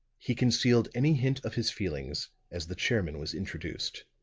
he concealed any hint of his feelings as the chairman was introduced.